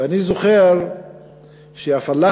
ואני זוכר שהפלאחים,